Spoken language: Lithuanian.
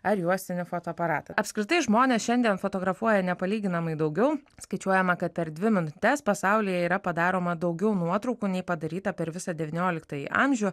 ar juostinį fotoaparatą apskritai žmonės šiandien fotografuoja nepalyginamai daugiau skaičiuojama kad per dvi minutes pasaulyje yra padaroma daugiau nuotraukų nei padaryta per visą devynioliktąjį amžių